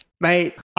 Mate